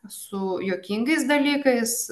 su juokingais dalykais